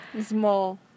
small